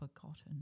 forgotten